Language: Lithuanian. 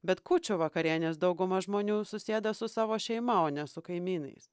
bet kūčių vakarienės dauguma žmonių susėda su savo šeima o ne su kaimynais